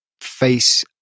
face